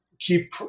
keep